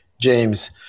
James